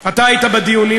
אתה היית בדיונים,